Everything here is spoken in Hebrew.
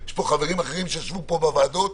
יש פה חברים אחרים שישבו פה בוועדות,